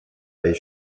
ice